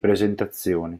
presentazioni